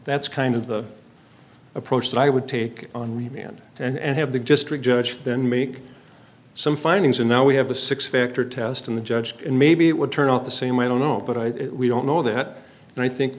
that's kind of the approach that i would take on remand and have the just read judge then make some findings and now we have a six factor test in the judge and maybe it would turn out the same i don't know but i don't know that and i think